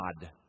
God